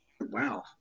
wow